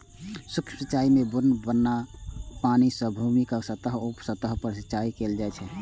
सूक्ष्म सिंचाइ मे बुन्न बुन्न पानि सं भूमिक सतह या उप सतह पर सिंचाइ कैल जाइ छै